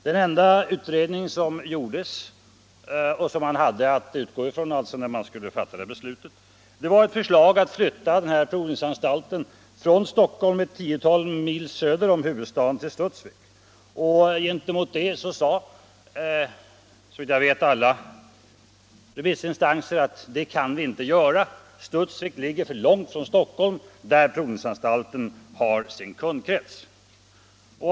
Den enda utredning som gjordes och som man hade att utgå ifrån när man skulle fatta beslutet var ett förslag att flytta provningsanstalten från Stockholm ett tiotal mil söder om huvudstaden till Studsvik. Mot det stod, såvitt jag vet, alla remissinstanser som sade att det kan vi inte göra; Studsvik ligger för långt från Stockholm där provningsanstalten har sin kundkrets.